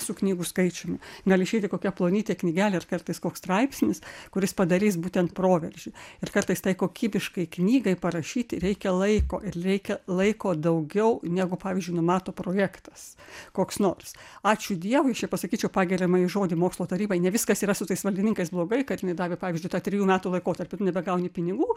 su knygų skaičiumi gali išeiti kokia plonytė knygelė ir kartais koks straipsnis kuris padarys būtent proveržį ir kartais tai kokybiškai knygai parašyti reikia laiko ir reikia laiko daugiau negu pavyzdžiui numato projektas koks nors ačiū dievui šiaip pasakyčiau pagiriamąjį žodį mokslo tarybai ne viskas yra su tais valdininkais blogai kad jinai davė pavyzdžiui tą trejų metų laikotarpį tu nebegauni pinigų